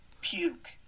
Puke